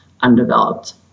undeveloped